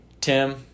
Tim